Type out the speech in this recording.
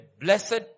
blessed